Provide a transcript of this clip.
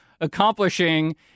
accomplishing